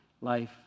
life